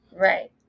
Right